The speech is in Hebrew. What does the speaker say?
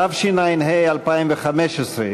התשע"ה 2015,